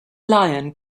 lion